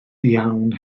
iawn